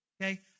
Okay